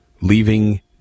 leaving